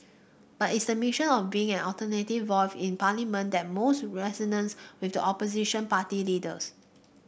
but it's the mission of being an alternative voice in Parliament that most resonates with the opposition party leaders